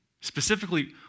Specifically